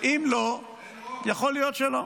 אם לא, יכול להיות שלא.